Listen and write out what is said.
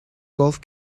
golf